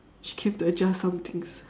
she came to adjust some things